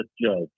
judge